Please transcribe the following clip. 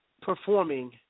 performing